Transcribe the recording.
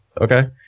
okay